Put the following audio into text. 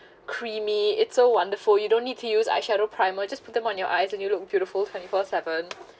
creamy it's so wonderful you don't need to use eye shadow primer just put them on your eyes and you look beautiful twenty four seven